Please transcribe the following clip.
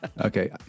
okay